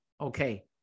Okay